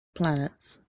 planets